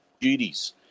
duties